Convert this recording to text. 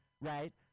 right